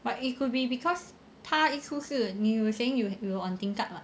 but it could be because 他一出世 you were saying you were on tingkat [what]